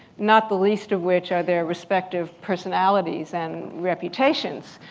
not the least of which are their respective personalities and reputations.